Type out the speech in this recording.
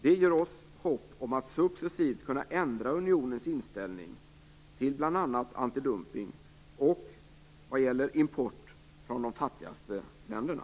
Det ger oss hopp om att successivt kunna ändra unionens inställning till bl.a. antidumpning och när det gäller import från de fattigaste länderna.